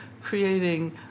creating